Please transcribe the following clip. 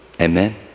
amen